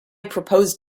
proposed